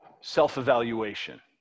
self-evaluation